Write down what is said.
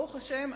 ברוך השם,